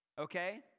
Okay